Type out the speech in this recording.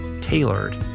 tailored